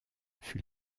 fut